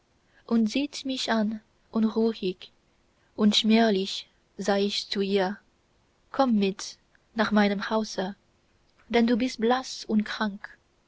und sieht mich an und ruhig und schmerzlich sag ich zu ihr komm mit nach meinem hause denn du bist blaß und krank